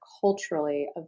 culturally